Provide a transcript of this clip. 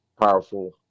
powerful